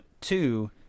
two